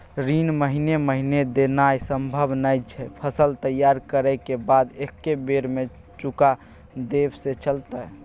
ऋण महीने महीने देनाय सम्भव नय छै, फसल तैयार करै के बाद एक्कै बेर में चुका देब से चलते?